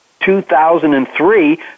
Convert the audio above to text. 2003